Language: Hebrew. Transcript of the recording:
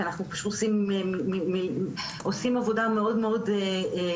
כי אנחנו עושים עבודה מאוד מאוד חזקה